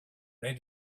they